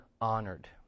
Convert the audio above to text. honored